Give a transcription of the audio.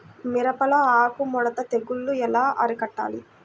మిరపలో ఆకు ముడత తెగులు ఎలా అరికట్టాలి?